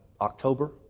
October